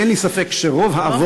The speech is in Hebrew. אין לי ספק שרוב האבות,